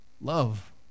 love